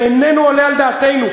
זה איננו עולה על דעתנו,